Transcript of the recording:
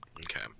Okay